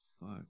Fuck